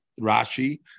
Rashi